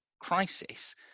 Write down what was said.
crisis